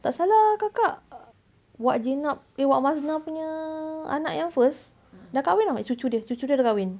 tak salah kakak wak jenab eh wak masnah punya anak yang first dah kahwin [tau] eh cucu dia cucu dia dah kahwin